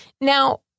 Now